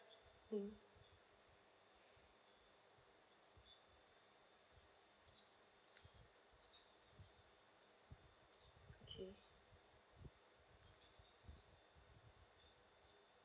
mm okay